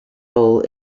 role